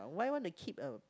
why wanna keep a